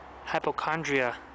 hypochondria